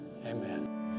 amen